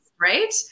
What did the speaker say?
Right